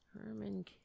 Herman